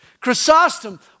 Chrysostom